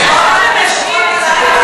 זה רק הספורט לנשים,